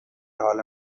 حال